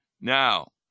Now